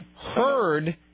heard